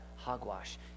Hogwash